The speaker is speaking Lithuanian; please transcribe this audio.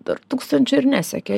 dar tūkstančio ir nesiekia